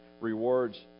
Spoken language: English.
rewards